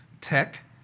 tech